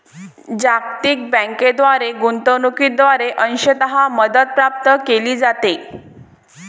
जागतिक बँकेद्वारे गुंतवणूकीद्वारे अंशतः मदत प्राप्त केली जाते